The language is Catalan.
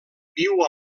viu